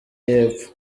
y’epfo